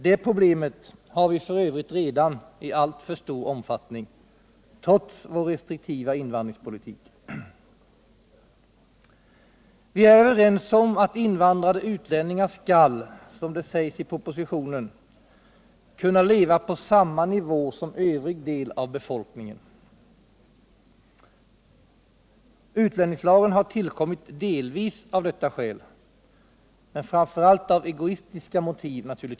Det problemet har vi f. ö. redan i alltför stor omfattning, trots vår restriktiva invandringspolitik. Vi är överens om att invandrade utlänningar skall, som det står i propositionen, ”kunna leva på samma nivå som övrig del av befolkningen”. Utlänningslagen har tillkommit delvis av detta skäl, men naturligtvis framför allt av egoistiska motiv.